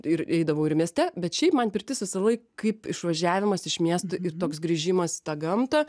ir eidavau ir mieste bet šiaip man pirtis visąlaik kaip išvažiavimas iš miesto ir toks grįžimas į tą gamtą